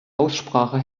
aussprache